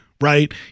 Right